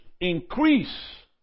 increase